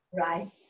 right